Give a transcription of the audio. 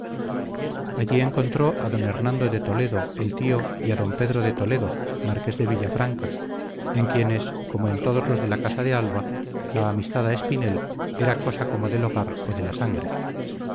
allí encontró a d hernando de toledo el tío y a d pedro de toledo marqués de villafranca en quienes como en todos los de la casa de alba la amistad a espinel era cosa como del hogar o de la sangre